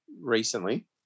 recently